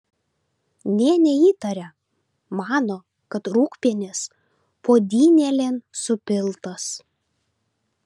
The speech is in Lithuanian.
nė neįtaria mano kad rūgpienis puodynėlėn supiltas